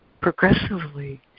progressively